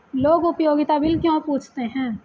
लोग उपयोगिता बिल क्यों पूछते हैं?